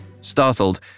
Startled